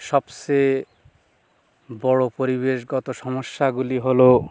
সবচেয়ে বড় পরিবেশগত সমস্যাগুলি হলো